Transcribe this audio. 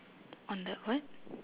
on the what